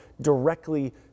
directly